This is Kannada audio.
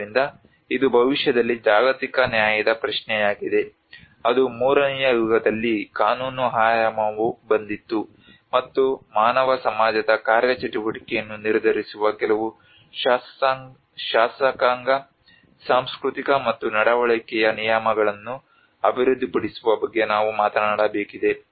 ಆದ್ದರಿಂದ ಇದು ಭವಿಷ್ಯದಲ್ಲಿ ಜಾಗತಿಕ ನ್ಯಾಯದ ಪ್ರಶ್ನೆಯಾಗಿದೆ ಅದು ಮೂರನೆಯ ಯುಗದಲ್ಲಿ ಕಾನೂನು ಆಯಾಮವು ಬಂದಿತು ಮತ್ತು ಮಾನವ ಸಮಾಜದ ಕಾರ್ಯಚಟುವಟಿಕೆಯನ್ನು ನಿರ್ಧರಿಸುವ ಕೆಲವು ಶಾಸಕಾಂಗ ಸಾಂಸ್ಕೃತಿಕ ಮತ್ತು ನಡವಳಿಕೆಯ ನಿಯಮಗಳುನ್ನು ಅಭಿವೃದ್ಧಿಪಡಿಸುವ ಬಗ್ಗೆ ನಾವು ಮಾತನಾಡಬೇಕಾಗಿದೆ